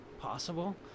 possible